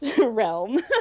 realm